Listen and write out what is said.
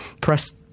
Press